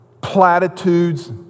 platitudes